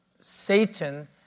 Satan